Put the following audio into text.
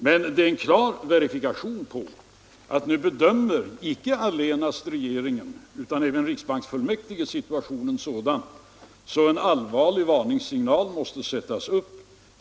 Men det är en klar verifikation på att nu bedömer icke allenast regeringen utan även riksbanksfullmäktige situationen så, att en allvarlig varningssignal måste ges.